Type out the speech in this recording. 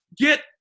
get